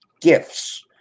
gifts